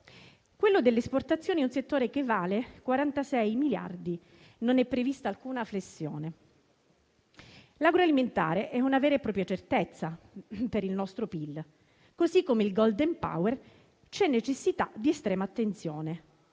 Quello delle esportazioni è un settore che vale 46 miliardi; non è prevista alcuna flessione. L'agroalimentare è una vera e propria certezza per il nostro PIL, così come l'estensione del *golden power* dimostra: c'è necessità di estrema attenzione